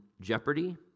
jeopardy